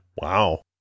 Wow